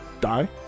die